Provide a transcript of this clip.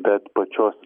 bet pačios